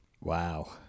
Wow